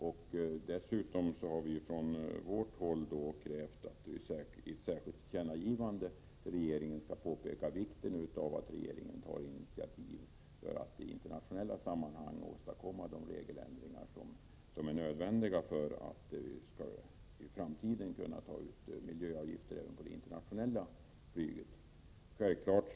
163 Dessutom har vi från centerns sida krävt att riksdagen i ett särskilt tillkännagivande skall påpeka vikten av att regeringen tar initiativ för att i internationella sammanhang åstadkomma de regeländringar som är nödvändiga för att miljöavgifter skall kunna tas ut även på det internationella flyget i framtiden.